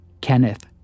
Kenneth